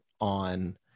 on